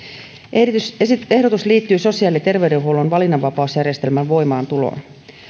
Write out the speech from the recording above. ehdotus ehdotus liittyy sosiaali ja terveydenhuollon valinnanvapausjärjestelmän voimaantuloon